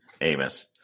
Amos